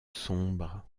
sombres